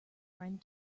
friend